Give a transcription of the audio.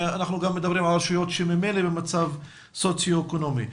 אנחנו גם מדברים על רשויות שהן ממילא במצב סוציו אקונומי.